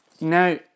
Now